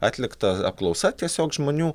atlikta apklausa tiesiog žmonių